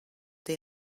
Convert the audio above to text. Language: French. des